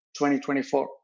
2024